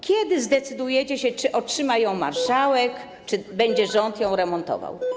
Kiedy zdecydujecie się, czy otrzyma ją marszałek, czy rząd będzie ją remontował?